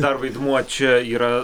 dar vaidmuo čia yra